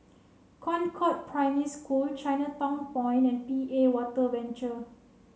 Concord Primary School Chinatown Point and P A Water Venture